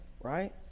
Right